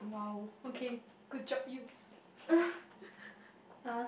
!wow! okay good job you